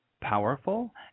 powerful